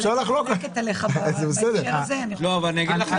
ושהגידול בהוצאות יחסית למספר הקלפיות לא הוצג לוועדות